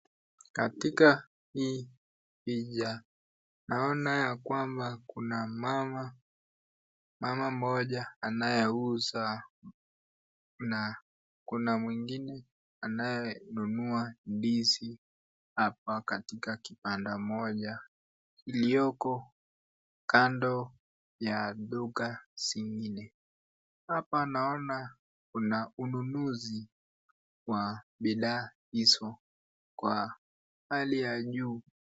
Katika hii picha ,naona yakwamba Kuna mama Moja anayeuza na kuna mwingine ananunua ndizi hapa katika kibanda moja iliyoko kando ya duka zingine. Hapa naona Kuna ununuzi wa bidhaa hizo kwa hali ya juu.